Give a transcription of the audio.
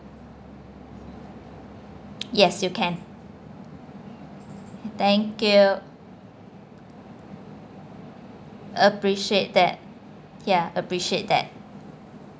yes you can thank you appreciate that ya appreciate that